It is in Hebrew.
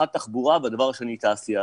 אחד תחבורה והדבר השני תעשייה.